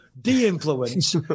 De-influence